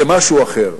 זה משהו אחר.